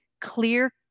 clear